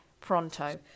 pronto